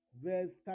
verse